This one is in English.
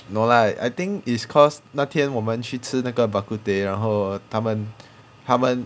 no lah I think it's cause 那天我们去吃那个 bak kut teh 然后他们他们